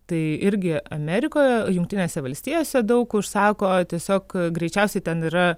tai irgi amerikoje jungtinėse valstijose daug užsako tiesiog greičiausiai ten yra